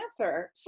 answer